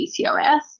PCOS